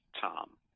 Tom